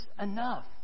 enough